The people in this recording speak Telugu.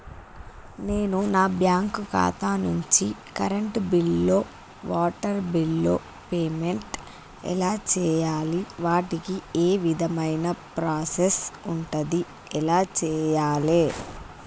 నేను నా బ్యాంకు ఖాతా నుంచి కరెంట్ బిల్లో వాటర్ బిల్లో పేమెంట్ ఎలా చేయాలి? వాటికి ఏ విధమైన ప్రాసెస్ ఉంటది? ఎలా చేయాలే?